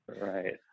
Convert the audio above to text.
Right